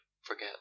forget